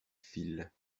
files